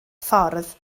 ffordd